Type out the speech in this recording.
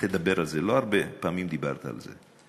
לא הרבה פעמים דיברת על זה.